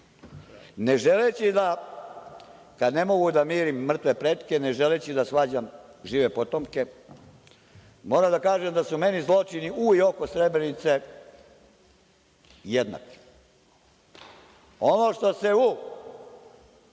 Ne želeći da kada ne mogu da mirim mrtve pretke, ne želeći da svađam žive potomke, moram da kažem da su meni zločini u i oko Srebrenice jednaki. Ono što se u